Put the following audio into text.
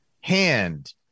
hand